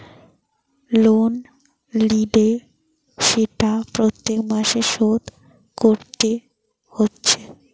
loan লিলে সেটা প্রত্যেক মাসে শোধ কোরতে হচ্ছে